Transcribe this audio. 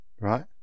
Right